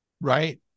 Right